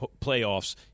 playoffs